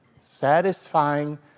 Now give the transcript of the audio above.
satisfying